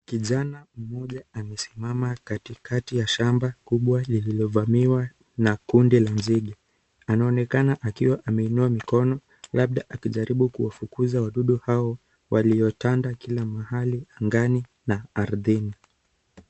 Kijana mmoja amesimama katikati ya shamba kubwa lililovamiwa na kunde la nzige, anaoekana akiwa ameinua mikono labda akijaribu kuwafukuza wadudu hao waliotanda kila mahali angani na ardhini.